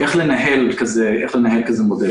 איך לנהל מודל כזה.